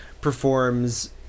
performs